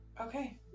Okay